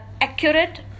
accurate